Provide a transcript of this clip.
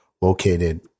located